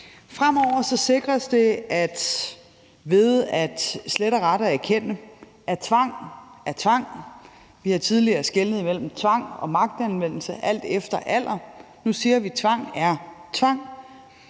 Fremover sikres det, ved slet og ret at erkende det, at tvang er tvang. Vi har tidligere skelnet mellem tvang og magtanvendelse alt efter alder. Nu siger vi: Tvang er tvang.